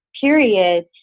period